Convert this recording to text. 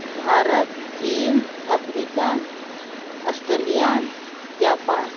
ᱵᱷᱟᱨᱚᱛ ᱪᱤᱱ Africa Australia Japan